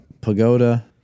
Pagoda